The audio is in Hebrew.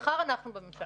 ומחר אנחנו בממשלה.